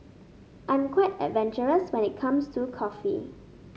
I'm quite adventurous when it comes to coffee